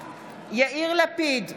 יאיר לפיד,